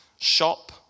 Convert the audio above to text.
shop